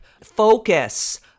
focus